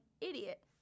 idiot